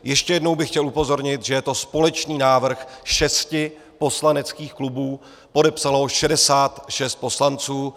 Ještě jednou bych chtěl upozornit, že je to společný návrh šesti poslaneckých klubů, podepsalo ho 66 poslanců.